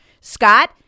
Scott